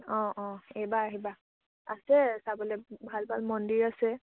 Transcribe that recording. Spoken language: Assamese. অঁ অঁ এইবাৰ আহিবা আছে চাবলে ভাল ভাল মন্দিৰ আছে